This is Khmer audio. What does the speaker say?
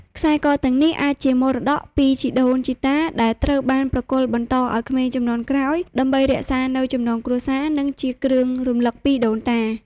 ខ្សែកទាំងនេះអាចជាមរតកតពីជីដូនជីតា ដែលត្រូវបានប្រគល់បន្តឱ្យក្មេងជំនាន់ក្រោយ ដើម្បីរក្សានូវចំណងគ្រួសារ និងជាគ្រឿងរំលឹកពីដូនតា។